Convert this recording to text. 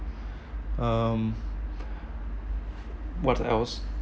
um what else